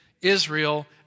Israel